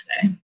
today